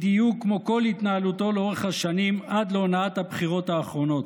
בדיוק כמו כל התנהלותו לאורך השנים עד להונאת הבחירות האחרונות.